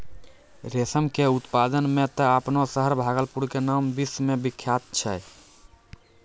रेशम के उत्पादन मॅ त आपनो शहर भागलपुर के नाम पूरा विश्व मॅ विख्यात छै